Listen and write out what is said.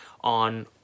on